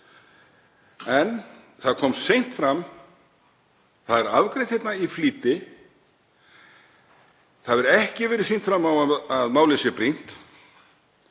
en það kom seint fram. Það er afgreitt í flýti. Það hefur ekki verið sýnt fram á að málið sé brýnt.